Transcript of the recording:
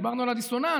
דיברנו על הדיסוננס,